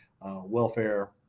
welfare